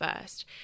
first